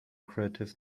creative